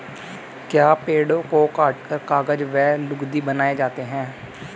क्या पेड़ों को काटकर कागज व लुगदी बनाए जाते हैं?